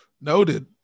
Noted